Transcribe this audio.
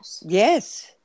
Yes